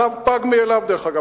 הצו פג מאליו, דרך אגב.